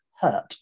hurt